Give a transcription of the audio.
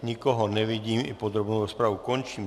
Nikoho nevidím i podrobnou rozpravu končím.